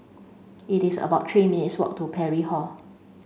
it is about three minutes' walk to Parry Hall